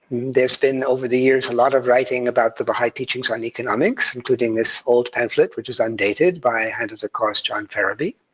there's been over the years a lot of writing about the baha'i teachings on economics, including this old pamphlet, which was undated, by hand of the cause john feraby.